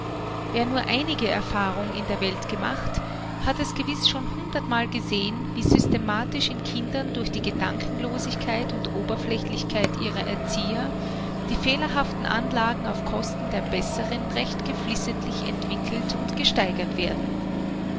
wer nur einige erfahrung in der welt gemacht hat es gewiß schon hundertmal gesehen wie systematisch in kindern durch die gedankenlosigkeit und oberflächlichkeit ihrer erzieher die fehlerhaften anlagen auf kosten der besseren recht geflissentlich entwickelt und gesteigert werden